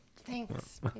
thanks